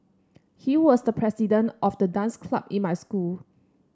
he was the president of the dance club in my school